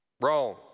wrong